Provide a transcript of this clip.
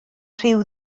rhyw